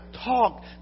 talk